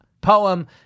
poem